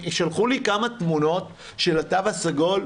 שלחו לי כמה תמונות של התו הסגול,